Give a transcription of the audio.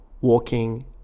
walking